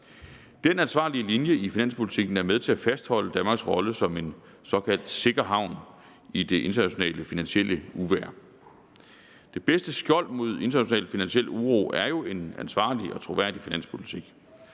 Den ansvarlige linje i finanspolitikken er med til at fastholde Danmarks rolle som en såkaldt sikker havn i det internationale finansielle uvejr. Det bedste skjold mod international finansiel uro er jo en ansvarlig og troværdig finanspolitik.